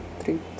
three